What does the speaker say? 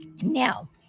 Now